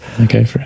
Okay